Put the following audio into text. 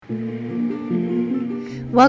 Welcome